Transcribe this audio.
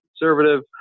conservative